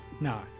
No